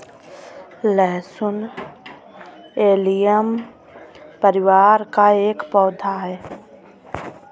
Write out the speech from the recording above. लहसुन एलियम परिवार का एक पौधा है